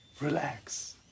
relax